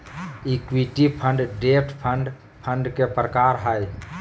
equity fund, debt fund fund के प्रकार हय